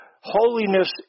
holiness